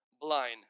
blind